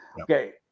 Okay